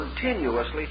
continuously